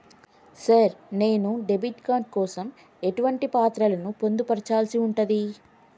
Sir నేను debit card కోసం ఎటువంటి పత్రాలను పొందుపర్చాల్సి ఉంటది?